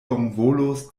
bonvolos